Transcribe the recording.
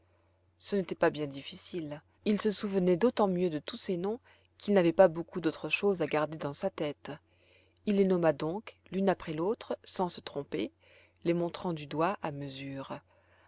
ce n'était pas bien difficile il se souvenait d'autant mieux de tous ces noms qu'il n'avait pas beaucoup d'autres choses à garder dans sa tête il les nomma donc l'une après l'autre sans se tromper les montrant du doigt à mesure